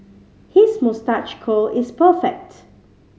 his moustache curl is perfect